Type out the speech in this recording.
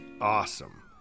awesome